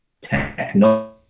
technology